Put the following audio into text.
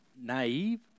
naive